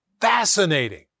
Fascinating